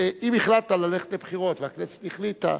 אם החלטת ללכת לבחירות והכנסת החליטה,